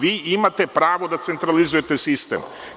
Vi imate pravo da centralizujete sistem.